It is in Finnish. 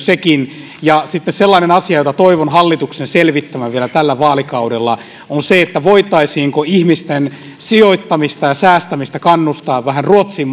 sekin ja sitten sellainen asia jota toivon hallituksen selvittävän vielä tällä vaalikaudella on se voitaisiinko ihmisten sijoittamiseen ja säästämiseen kannustaa vähän ruotsin